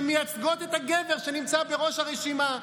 שמייצגות את הגבר שנמצא בראש הרשימה,